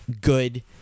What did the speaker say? good